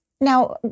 Now